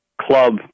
club